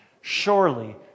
Surely